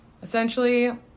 Essentially